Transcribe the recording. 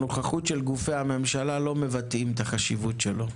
הנוכחות של גופי הממשלה לא מבטאת את החשיבות שלו.